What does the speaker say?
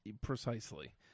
Precisely